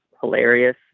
hilarious